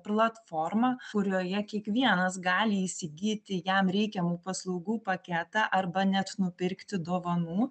platforma kurioje kiekvienas gali įsigyti jam reikiamų paslaugų paketą arba net nupirkti dovanų